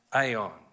aeon